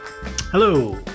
Hello